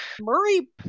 murray